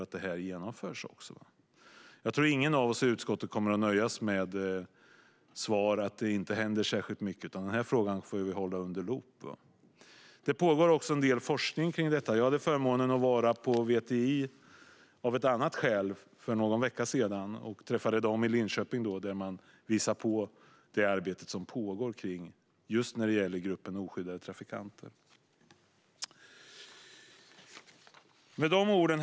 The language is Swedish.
Jag tror inte att någon av oss i utskottet kommer att nöja oss med svaret att det inte händer särskilt mycket. Den här frågan får vi hålla under lupp. Det pågår också en del forskning kring detta. Jag hade förmånen att besöka VTI av ett annat skäl för någon vecka sedan. Jag träffade då några personer i Linköping som visade på det arbete som pågår just när det gäller gruppen oskyddade trafikanter. Herr talman!